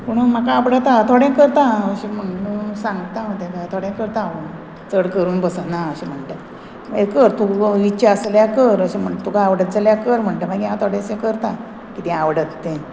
पूण म्हाका आवडता थोडें करता अशें म्हणून सांगता हांव ताका थोडें करता हांव चड करून बसना अशें म्हणटा मागीर कर तुका विचार आसल्यार कर अशें म्हण तुका आवडत जाल्यार कर म्हणटा मागीर हांव थोडेशें करता किदें आवडत तें